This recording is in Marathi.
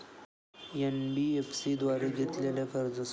एन.बी.एफ.सी द्वारे घेतलेल्या कर्जासाठी उत्पन्न मर्यादा काय असते?